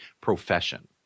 profession